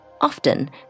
often